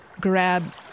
grab